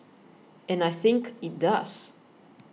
and I think it does